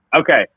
Okay